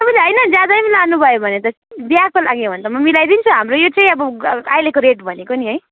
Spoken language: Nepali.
तपाईँले होइन ज्यादा पनि लानुभयो भने त बिहेको लागि हो भने त म मिलाइदिन्छु हाम्रो यो चाहिँ अब अहिलेको रेट भनेको नि है